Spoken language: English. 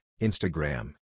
Instagram